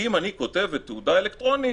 "אם אני כותבת 'תעודה אלקטרונית',